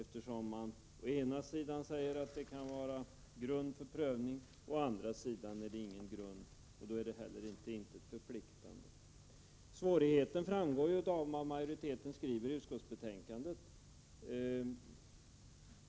Han säger att å ena sidan kan det finnas grund för prövning, å andra sidan finns det ingen grund — och då finns det heller ingenting som är förpliktande. Svårigheterna framgår av det som majoriteten skriver i utskottsbetänkandet.